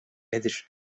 nedir